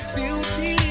beauty